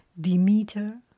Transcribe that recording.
Demeter